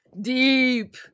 deep